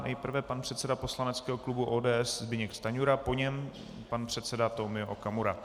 Nejprve pan předseda poslaneckého klubu ODS Zbyněk Stanjura, po něm pan předseda Tomio Okamura.